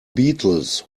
beatles